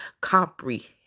Comprehend